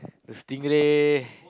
stingray